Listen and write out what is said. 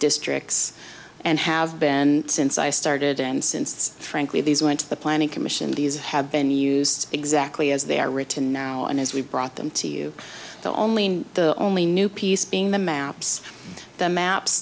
districts and have been since i started and since frankly these went to the planning commission these have been used exactly as they are written now and as we brought them to you the only in the only new piece being the maps the maps